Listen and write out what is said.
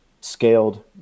scaled